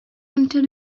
until